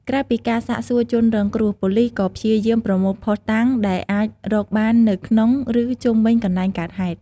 ក្រៅពីការសាកសួរជនរងគ្រោះ ប៉ូលិសក៏ព្យាយាមប្រមូលភស្តុតាងដែលអាចរកបាននៅក្នុង ឬជុំវិញកន្លែងកើតហេតុ។